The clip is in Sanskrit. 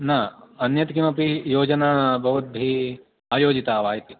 न अन्यत् किमपि योजना भवद्भिः आयोजिता वा इति